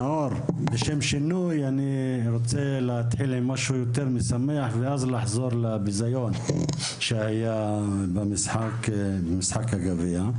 אני רוצה להתחיל עם משהו יותר משמח ואז לחזור לביזיון שהיה במשחק הגביע.